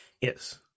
yes